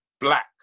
black